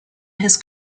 his